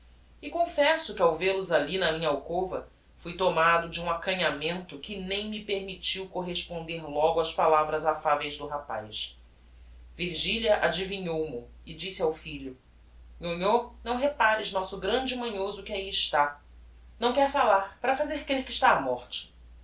e confesso que ao vel os alli na minha alcova fui tomado de um acanhamento que nem me permittiu corresponder logo ás palavras affaveis do rapaz virgilia adivinhou mo e disse ao filho nhonhô não repares nosso grande manhoso que ahi está não quer fallar para fazer crer que está á morte